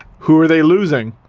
who are they losing?